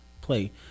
play